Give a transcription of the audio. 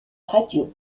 radio